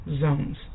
zones